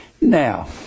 Now